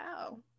wow